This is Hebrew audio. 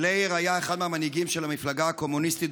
בלייר היה אחד מהמנהיגים של המפלגה הקומוניסטית